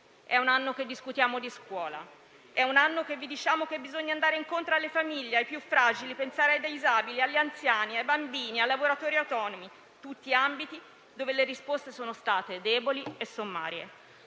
È un anno che discutiamo di scuola. È un anno che diciamo che bisogna andare incontro alle famiglie e ai più fragili, pensare ai disabili, agli anziani, ai bambini e ai lavoratori autonomi: tutti ambiti dove le risposte sono state deboli e sommarie.